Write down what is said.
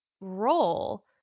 role